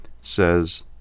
says